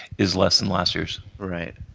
is less than last year's. right.